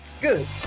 good